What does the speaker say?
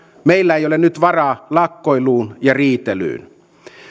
meillä ei ole nyt varaa lakkoiluun ja riitelyyn